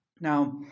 Now